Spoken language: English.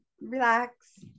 relax